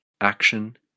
action